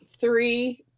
Three